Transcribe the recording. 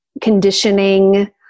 conditioning